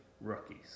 rookies